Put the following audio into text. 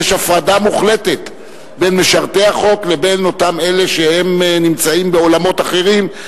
שיש הפרדה מוחלטת בין משרתי החוק לבין אותם אלה שנמצאים בעולמות אחרים,